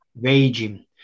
raging